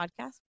podcast